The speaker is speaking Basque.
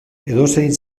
edozein